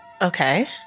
Okay